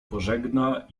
pożegna